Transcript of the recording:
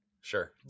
Sure